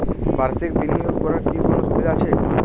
বাষির্ক বিনিয়োগ করার কি কোনো সুবিধা আছে?